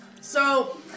so-